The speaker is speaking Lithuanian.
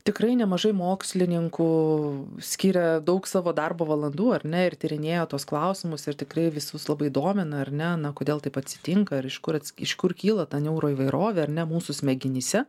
tikrai nemažai mokslininkų skiria daug savo darbo valandų ar ne ir tyrinėja tuos klausimus ir tikrai visus labai domina ar ne na kodėl taip atsitinka ir iš kur iš kur kyla ta neuroįvairovė ar ne mūsų smegenyse